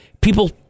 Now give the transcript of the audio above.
People